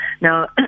Now